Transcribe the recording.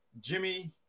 Jimmy